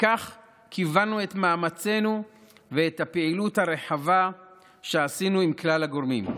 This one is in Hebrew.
לכך כיוונו את מאמצינו ואת הפעילות הרחבה שעשינו עם כלל הגורמים.